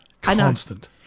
Constant